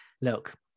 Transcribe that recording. look